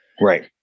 Right